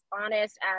honest